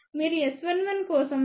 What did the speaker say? మీరు S11 కోసం 0